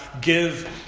give